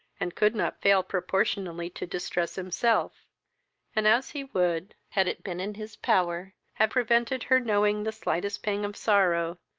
and could not fail proportionably to distress himself and as he would, had it been in his power, have prevented her knowing the slightest pang of sorrow,